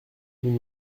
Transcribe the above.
nous